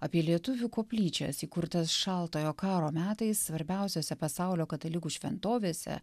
apie lietuvių koplyčias įkurtas šaltojo karo metais svarbiausiose pasaulio katalikų šventovėse